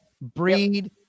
breed